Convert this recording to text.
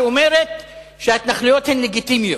שאומרת שההתנחלויות הן לגיטימיות.